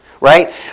right